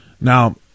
Now